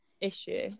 Issue